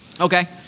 Okay